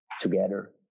together